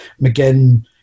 McGinn